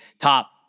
top